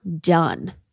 done